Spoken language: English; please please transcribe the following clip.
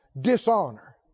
dishonor